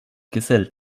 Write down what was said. gesellt